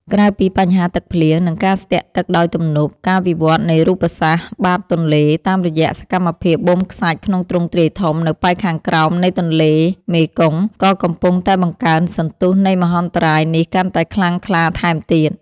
ក្រៅពីបញ្ហាទឹកភ្លៀង និងការស្ទាក់ទឹកដោយទំនប់ ការវិវត្តនៃរូបសាស្ត្របាតទន្លេតាមរយៈសកម្មភាពបូមខ្សាច់ក្នុងទ្រង់ទ្រាយធំនៅប៉ែកខាងក្រោមនៃទន្លេមេគង្គ ក៏កំពុងតែបង្កើនសន្ទុះនៃមហន្តរាយនេះកាន់តែខ្លាំងក្លាថែមទៀត។